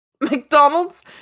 McDonald's